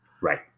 Right